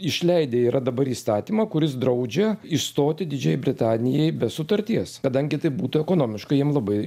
išleidę yra dabar įstatymą kuris draudžia išstoti didžiajai britanijai be sutarties kadangi tai būtų ekonomiškai jiem labai